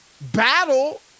battle